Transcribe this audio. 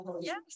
Yes